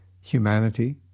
humanity